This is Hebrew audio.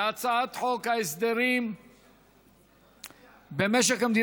אם כן, הצעת חוק הגנת הצרכן (תיקון מס' 57),